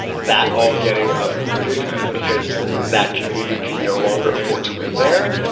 that all getting uprooted because that community can no longer afford to live there.